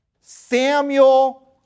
Samuel